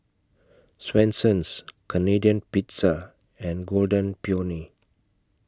Swensens Canadian Pizza and Golden Peony